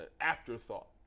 afterthought